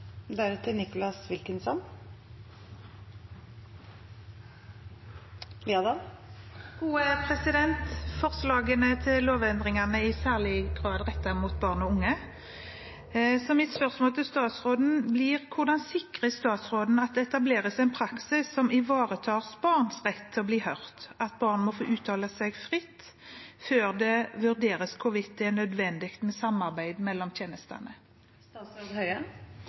i særlig grad rettet mot barn og unge. Så mitt spørsmål til statsråden blir: Hvordan sikrer statsråden at det etableres en praksis som ivaretar barns rett til å bli hørt, at barn må få uttale seg fritt før det vurderes hvorvidt det er nødvendig med samarbeid mellom tjenestene?